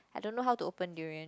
I don't know how to open durian